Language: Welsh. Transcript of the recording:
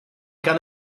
gan